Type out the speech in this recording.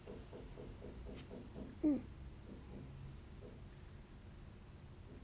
hmm